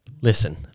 Listen